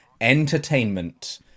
entertainment